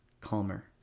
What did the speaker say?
calmer